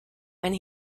and